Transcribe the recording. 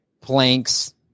planks